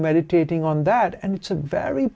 meditating on that and it's a very